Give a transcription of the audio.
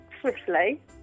Swiftly